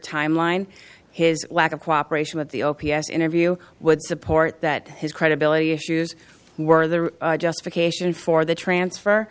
timeline his lack of cooperation with the o p s interview would support that his credibility issues were the justification for the transfer